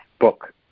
book